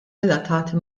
relatati